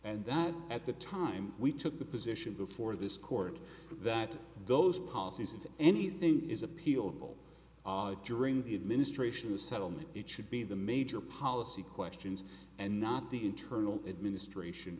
and that at the time we took the position before this court that those policies if anything is appealable during the administration the settlement it should be the major policy questions and not the internal administration